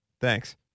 Thanks